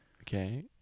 Okay